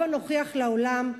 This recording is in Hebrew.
הבה נוכיח לעולם,